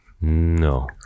no